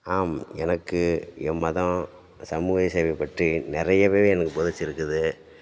ஆம் எனக்கு எம் மதம் சமூக சேவைப்பற்றி நிறையவே எனக்கு போதிச்சுருக்குது